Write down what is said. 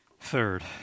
Third